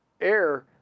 air